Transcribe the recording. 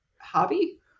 hobby